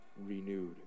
renewed